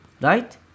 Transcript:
right